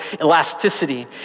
elasticity